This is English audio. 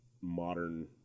modern